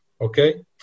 Okay